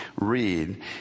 read